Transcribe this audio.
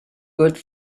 good